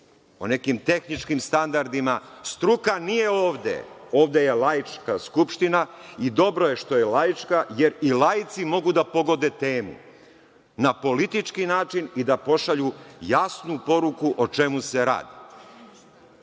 o nekim tehničkim standardima. Struka nije ovde, ovde je laička Skupština i dobro je što je laička jer i laici mogu da pogode temu na politički način i da pošalju jasnu poruku o čemu se radi.